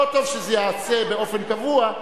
לא טוב שזה ייעשה באופן קבוע,